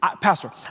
Pastor